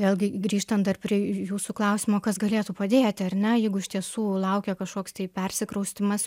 vėlgi grįžtant dar prie jūsų klausimo kas galėtų padėti ar ne jeigu iš tiesų laukia kažkoks tai persikraustymas